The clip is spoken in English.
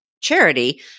Charity